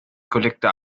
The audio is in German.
collector